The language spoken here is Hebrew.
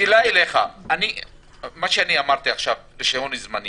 שאלה אליך מה שאני אמרתי עכשיו, רישיון זמני